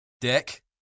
dick